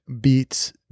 beats